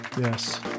Yes